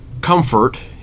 comfort